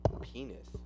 Penis